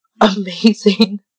amazing